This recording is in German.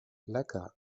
lecker